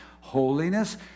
Holiness